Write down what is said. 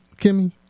Kimmy